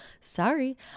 sorry